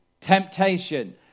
temptation